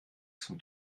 zum